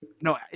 No